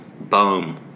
Boom